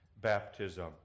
baptism